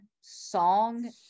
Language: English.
song